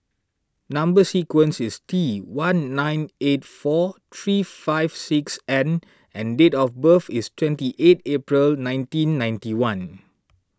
Number Sequence is T one nine eight four three five six N and date of birth is twenty eight April nineteen ninety one